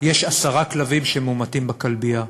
יש עשרה כלבים שמומתים בכלבייה.